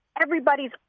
Everybody's